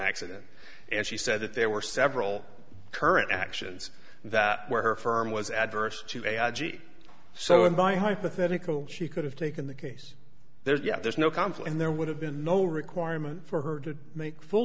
accident and she said that there were several current actions that were her firm was adverse to a i g so in my hypothetical she could have taken the case there's yes there's no conflict there would have been no requirement for her to make full